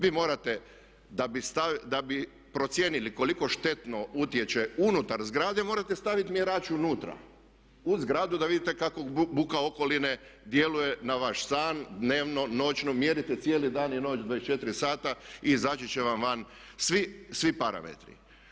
Vi morate da bi procijenili koliko štetno utječe unutar zgrade morate staviti mjerač unutra u zgradu da vidite kako buka okoline djeluje na vaš stan, dnevno, noćno, mjerite cijeli dan i noć 24 sata i izaći će vam van svi parametri.